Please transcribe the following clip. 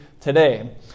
today